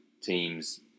teams